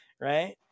right